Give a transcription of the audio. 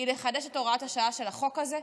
היא לחדש את הוראת השעה של החוק הזה,